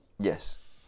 Yes